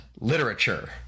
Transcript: literature